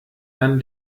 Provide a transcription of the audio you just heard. dann